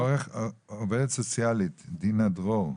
עובדת סוציאלית דינה דרור.